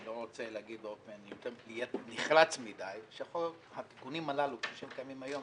אני לא רוצה להגיד באופן נחרץ מדי שהתיקונים הללו כפי שהם קיימים היום,